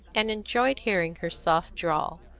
and enjoyed hearing her soft drawl.